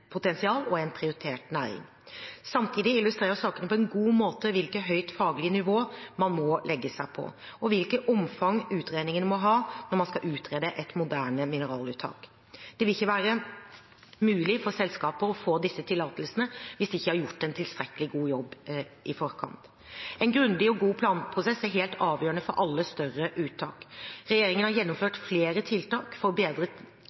potensial og er en prioritert næring. Samtidig illustrerer sakene på en god måte hvilket høyt faglig nivå man må legge seg på, og hvilket omfang utredningene må ha når man skal utrede et moderne mineraluttak. Det vil ikke være mulig for selskaper å få disse tillatelsene hvis de ikke har gjort en tilstrekkelig god jobb i forkant. En grundig og god planprosess er helt avgjørende for alle større uttak. Regjeringen har gjennomført flere tiltak for